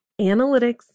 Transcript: Analytics